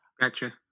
Gotcha